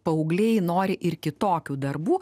paaugliai nori ir kitokių darbų